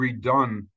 redone